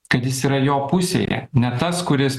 kad jis yra jo pusėje ne tas kuris